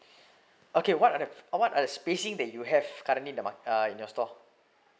okay what are the what are the spacing that you have currently in the mar~ uh in your store